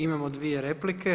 Imamo dvije replike.